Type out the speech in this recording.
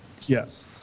Yes